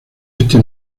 este